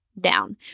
down